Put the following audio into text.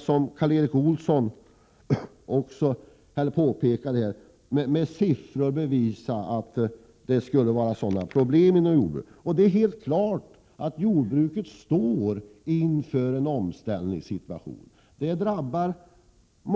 Som Karl Erik Olsson påpekade, kan man med siffror bevisa att det skulle vara stora problem inom jordbruket. Det är helt klart att jordbruket står inför en omställning. Den drabbar och